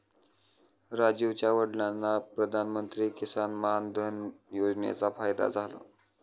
राजीवच्या वडिलांना प्रधानमंत्री किसान मान धन योजनेचा फायदा झाला